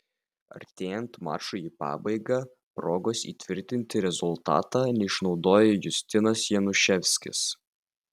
artėjant mačui į pabaigą progos įtvirtinti rezultatą neišnaudojo justinas januševskis